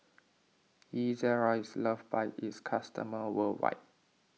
Ezerra is loved by its customers worldwide